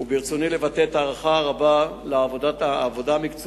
וברצוני לבטא את ההערכה הרבה לעבודה המקצועית